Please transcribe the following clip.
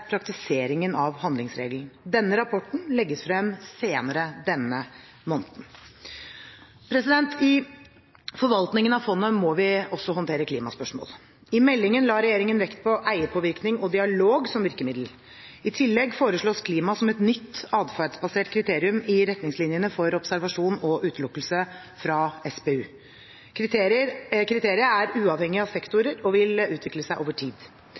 praktiseringen av handlingsregelen. Denne rapporten legges frem senere denne måneden. I forvaltningen av fondet må vi også håndtere klimaspørsmål. I meldingen la regjeringen vekt på eierpåvirkning og dialog som virkemiddel. I tillegg foreslås klima som et nytt adferdsbasert kriterium i retningslinjene for observasjon og utelukkelse fra SPU. Kriteriet er uavhengig av sektorer og vil utvikle seg over tid.